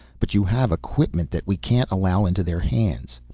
but you have equipment that we can't allow into their hands.